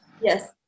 Yes